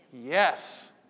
Yes